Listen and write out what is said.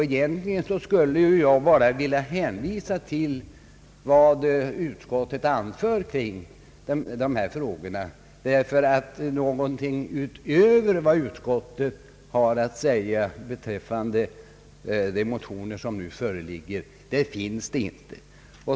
Egentligen skulle jag bara vilja hänvisa till vad utskottet anför om dessa frågor, ty någonting att tillägga utöver vad utskottet har att säga beträffande de motioner som nu föreligger finns inte.